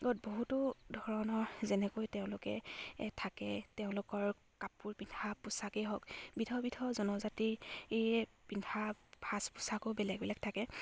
ত বহুতো ধৰণৰ যেনেকৈ তেওঁলোকে থাকে তেওঁলোকৰ কাপোৰ পিন্ধা পোছাকেই হওক বিধৰ বিধৰ জনজাতিৰ পিন্ধা সাজ পোছাকো বেলেগ বেলেগ থাকে